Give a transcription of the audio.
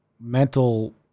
mental